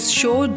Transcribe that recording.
show